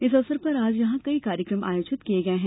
इस अवसर पर आज यहां कई कार्यक्रम आयोजित किये गये हैं